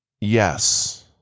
yes